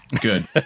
Good